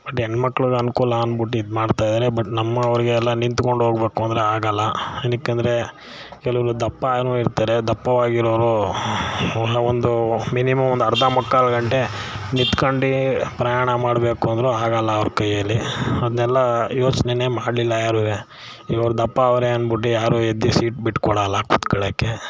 ಒಂದು ಹೆಣ್ಮಕ್ಳಿಗೆ ಅನುಕೂಲ ಅಂದ್ಬಿಟ್ಟು ಇದ್ಮಾಡ್ತಾಯಿದ್ದಾರೆ ಬಟ್ ನಮ್ಮವರಿಗೆಲ್ಲ ನಿಂತ್ಕೊಂಡು ಹೋಗ್ಬೇಕು ಅಂದರೆ ಆಗಲ್ಲ ಏನಕ್ಕಂದ್ರೆ ಕೆಲವರು ದಪ್ಪನೂ ಇರ್ತಾರೆ ದಪ್ಪವಾಗಿರೋರು ಒಂದು ಮಿನಿಮಮ್ ಒಂದು ಅರ್ಧ ಮುಕ್ಕಾಲು ಗಂಟೆ ನಿಂತ್ಕೊಂಡು ಪ್ರಯಾಣ ಮಾಡಬೇಕು ಅಂದ್ರೂ ಆಗಲ್ಲ ಅವ್ರ ಕೈಯ್ಯಲ್ಲಿ ಅದ್ನೆಲ್ಲ ಯೋಚನೆನೇ ಮಾಡಲಿಲ್ಲ ಯಾರೂ ಇವ್ರು ದಪ್ಪ ಅವರೇ ಅಂದ್ಬಿಟ್ಟು ಯಾರೂ ಎದ್ದು ಸೀಟ್ ಬಿಟ್ಕೊಡೋಲ್ಲ ಕೂತ್ಕೊಳ್ಳೋಕ್ಕೆ